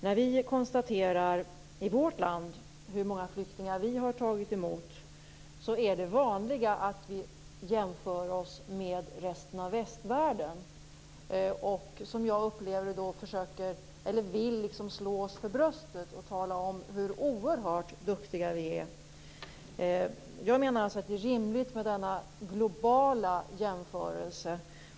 När vi i vårt land konstaterar hur många flyktingar vi har tagit emot är det vanligt att vi jämför oss med resten av västvärlden och att vi, som jag upplever det, vill slå oss för bröstet och tala om hur oerhört duktiga vi är. Jag menar att det är rimligt att göra denna globala jämförelse.